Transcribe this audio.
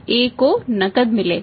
A को नकद मिलेगा